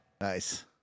Nice